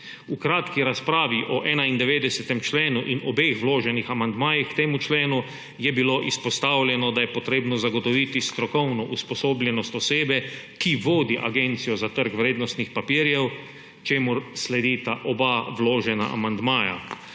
V kratki razpravi o 91. členu in obeh vloženih amandmajih k temu členu je bilo izpostavljeno, da je potrebno zagotoviti strokovno usposobljenost osebe, ki vodi Agencijo za trg vrednostnih papirjev, čemur sledita oba vložena amandmaja.